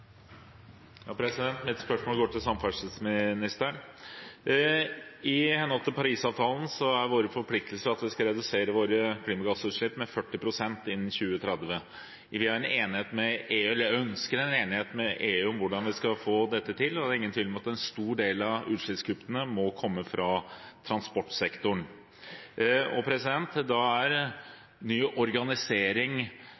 våre forpliktelser at vi skal redusere våre klimagassutslipp med 40 pst. innen 2030. Vi ønsker enighet med EU om hvordan vi skal få dette til, og det er ingen tvil om at en stor del av utslippskuttene må komme i transportsektoren. Da er ny organisering viktig. Venstre har vært en pådriver for å organisere kollektivtrafikken i Oslo og